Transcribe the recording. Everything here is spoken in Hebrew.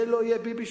זה לא יהיה "ביבישוק".